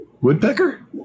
woodpecker